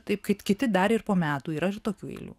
taip kaip kiti dar ir po metų yra ir tokių eilių